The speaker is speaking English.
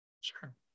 Sure